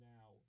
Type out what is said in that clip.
Now